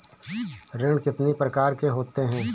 ऋण कितनी प्रकार के होते हैं?